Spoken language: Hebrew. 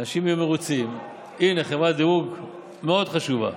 ואנשים יהיו מרוצים, הינה, חברת דירוג מאוד חשובה,